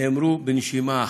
הן נאמרו בנשימה אחת,